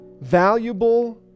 valuable